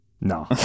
no